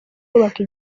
kubaka